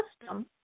custom